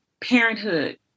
parenthood